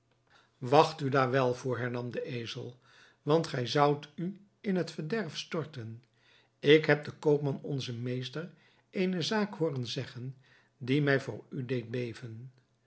wacht u daar wel voor hernam de ezel want gij zoudt u in het verderf storten ik heb den koopman onzen meester eene zaak hooren zeggen die mij voor u deed beven